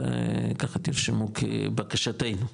אז ככה, תרשמו כבקשתנו.